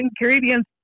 ingredients